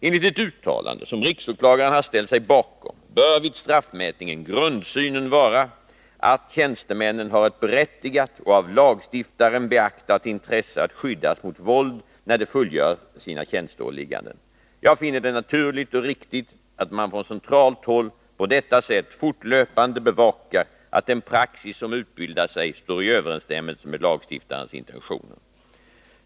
Enligt ett uttalande som riksåklagaren har ställt sig bakom bör vid straffmätningen grundsynen vara den att tjänstemännen har ett berättigat och av lagstiftaren beaktat intresse att skyddas mot våld när de fullgör sina tjänsteåligganden. Jag finner det naturligt och riktigt att man från centralt håll på detta sätt fortlöpande bevakar att den praxis som utbildar sig står i överensstämmelse med lagstiftarens intentioner.